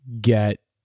get